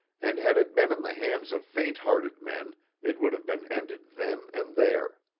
and had it been in the hands of faint-hearted men it would have been ended then and there.